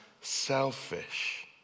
selfish